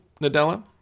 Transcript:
Nadella